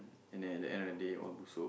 and then at the end of the day all busuk